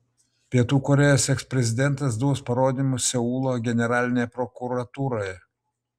pietų korėjos eksprezidentas duos parodymus seulo generalinėje prokuratūroje